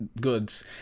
goods